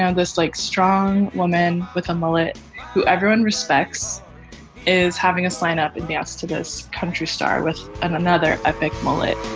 and this like strong woman with a mullet who everyone respects is having a sign up and dance to this country star with another epic mullet